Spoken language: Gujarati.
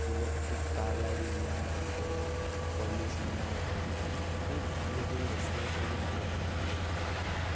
ઇલેક્ટ્રિક કાર લાવી જેના લીધે પોલ્યુશન ના થાય એવી ઘણી બધી વસ્તુઓ છે જે નરેન્દ્ર મોદીએ લાવી દીધી છે